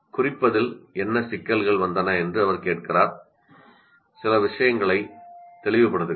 குறிப்பதில் என்ன சிக்கல்கள் வந்தன என்று அவர் கேட்கிறார் சில விஷயங்களை தெளிவுபடுத்துகிறார்